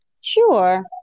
Sure